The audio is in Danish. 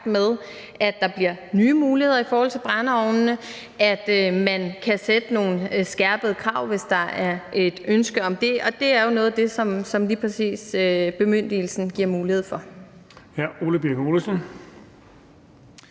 med at der bliver nye muligheder i forhold til brændeovnene, og så man kan stille nogle skærpede krav, hvis der er et ønske om det. Og det er jo noget af det, som lige præcis bemyndigelsen giver mulighed for. Kl. 14:01 Den